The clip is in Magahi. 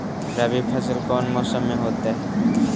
रवि फसल कौन सा मौसम में होते हैं?